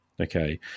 Okay